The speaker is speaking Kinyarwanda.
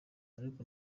ariko